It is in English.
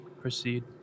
Proceed